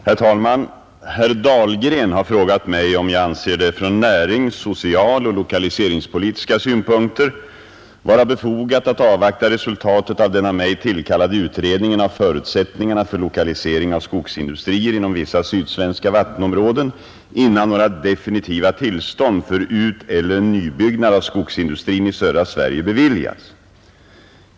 Herr talman! Herr Dahlgren har frågat mig om jag anser det från närings-, socialoch lokaliseringspolitiska synpunkter vara befogat att avvakta resultatet av den av mig igångsatta utredningen av förutsättningarna för lokalisering av skogsindustrier inom vissa sydsvenska vattenområden innan några definitiva tillstånd för uteller tillbyggnad av skogsindustrin i södra Sverige beviljas.